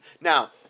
Now